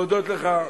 להודות לך,